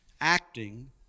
acting